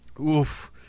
Oof